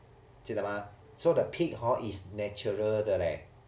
记得 mah so the pig hor is natural 的 leh